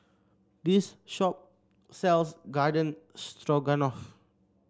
this shop sells Garden Stroganoff